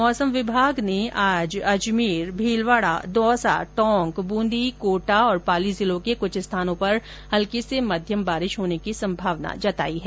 मौसम विभाग ने आज अजमेर भीलवाड़ा दौसा टोंक बूंदी कोटा और पाली जिलों के कुछ स्थानों पर हल्की से मध्यम बारिश होने की संभावना जताई है